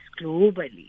globally